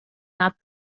not